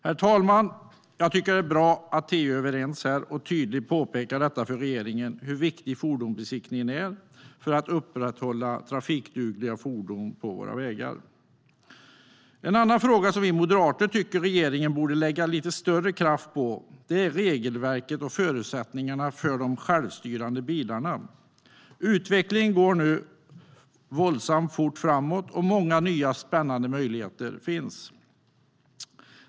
Jag tycker att det är bra att vi här är överens i trafikutskottet och tydligt påpekar för regeringen hur viktig fordonsbesiktningen är för att upprätthålla trafikdugliga fordon på våra vägar. En annan fråga som vi moderater tycker att regeringen borde lägga lite större kraft på är regelverket och förutsättningarna för de självstyrande bilarna. Utvecklingen går nu våldsamt fort framåt, och många nya och spännande möjligheter finns.